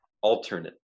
alternate